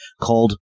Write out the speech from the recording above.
called